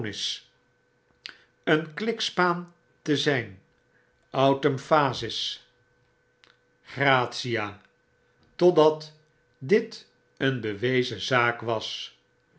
klikspaan te zijn aut emphasis gratia totdat dit een bewezen zaak was